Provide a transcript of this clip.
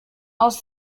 aus